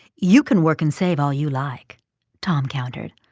you can work and save all you like tom countered.